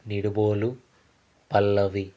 Nidubolu Pallavi